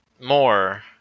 More